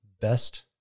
best